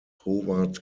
howard